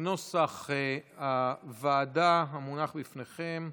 כנוסח הוועדה המונח בפניכם.